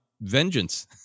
vengeance